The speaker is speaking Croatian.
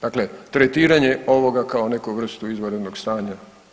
Dakle tretiranje ovoga kao neku vrstu izvanrednog stanja.